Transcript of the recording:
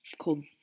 called